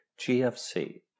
GFC